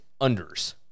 unders